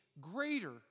greater